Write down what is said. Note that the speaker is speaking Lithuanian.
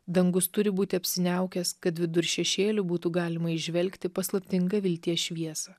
dangus turi būti apsiniaukęs kad vidur šešėlių būtų galima įžvelgti paslaptingą vilties šviesą